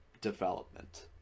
development